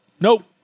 nope